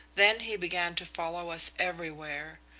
then he began to follow us everywhere.